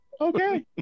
Okay